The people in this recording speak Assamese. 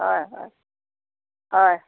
হয় হয় হয়